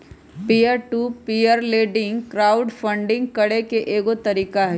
peer to peer lending crowd funding करे के एगो तरीका हई